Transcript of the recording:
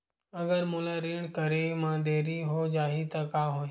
अगर मोला ऋण करे म देरी हो जाहि त का होही?